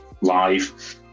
live